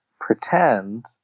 pretend